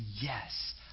yes